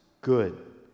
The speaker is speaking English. good